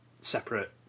separate